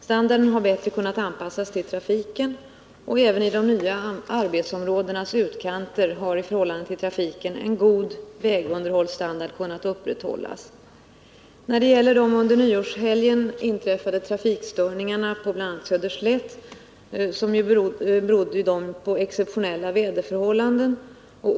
Standarden har bättre kunnat anpassas till trafiken, och även i de nya arbetsområdenas utkanter har i förhållande till trafiken en god vägunder hållsstandard kunnat upprätthållas. De under nyårshelgen inträffade trafikstörningarna på bl.a. Söderslätt berodde ju på exceptionella väderförhållanden.